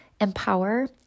empower